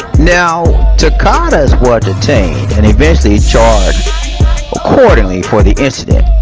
now taqaddas was detained and eventually charge accordingly for the incident